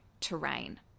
terrain